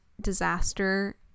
disaster